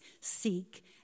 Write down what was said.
seek